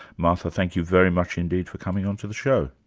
martha, thank you very much indeed for coming on to the show.